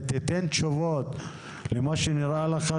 תיתן תשובות למה שנראה לך,